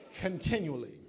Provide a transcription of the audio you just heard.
Continually